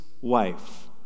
wife